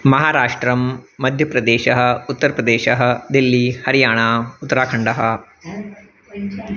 महाराष्ट्रः मध्यप्रदेशः उत्तरप्रदेशः डेल्ली हरियाणा उत्तराखण्डः